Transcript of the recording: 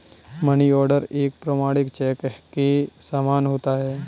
money order एक प्रमाणिक cheque के समान होता है